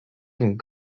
and